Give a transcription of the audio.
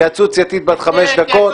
התייעצות סיעתית חמש דקות.